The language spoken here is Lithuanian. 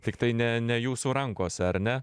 tiktai ne ne jūsų rankose ar ne